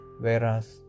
Whereas